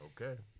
Okay